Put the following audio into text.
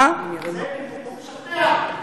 זה נימוק משכנע.